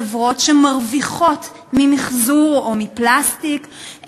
חברות שמרוויחות ממיחזור או מפלסטיק,